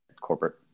corporate